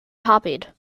copied